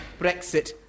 Brexit